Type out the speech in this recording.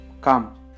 Come